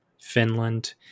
Finland